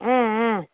ஆ ஆ